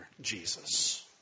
Jesus